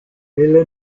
elle